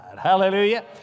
Hallelujah